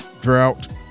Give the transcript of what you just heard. drought